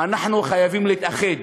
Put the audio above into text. אנחנו חייבים להתאחד.